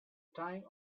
time